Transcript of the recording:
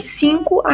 cinco